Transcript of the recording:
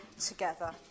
together